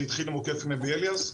זה התחיל עם עוקף א-נבי אליאס.